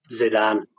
Zidane